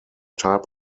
type